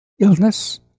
illness